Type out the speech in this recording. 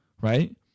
right